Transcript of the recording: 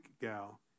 gal